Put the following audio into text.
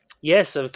Yes